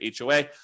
HOA